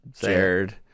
Jared